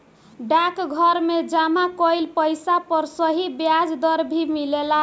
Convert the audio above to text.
डाकघर में जमा कइल पइसा पर सही ब्याज दर भी मिलेला